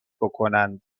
بکنند